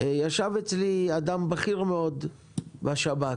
ישב אצלי אדם בכיר מאוד בשב"כ